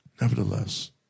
Nevertheless